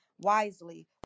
wisely